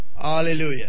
hallelujah